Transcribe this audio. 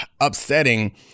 upsetting